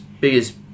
biggest